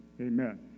amen